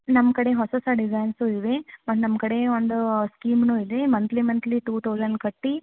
ನಮ್ಮ ಕಡೆ ಹೊಸೊಸ ಡಿಸೈನ್ಸು ಇವೆ ಮತ್ತು ನಮ್ಮ ಕಡೆ ಒಂದು ಸ್ಕೀಮೂ ಇದೆ ಮಂತ್ಲಿ ಮಂತ್ಲಿ ಟು ತೌಸಂಡ್ ಕಟ್ಟಿ